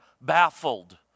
baffled